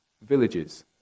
Villages